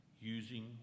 using